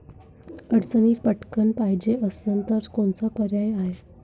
अडचणीत पटकण पायजे असन तर कोनचा पर्याय हाय?